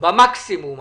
במקסימום העלות.